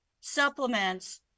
supplements